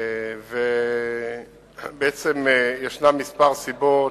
יש כמה סיבות.